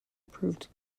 proved